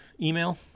email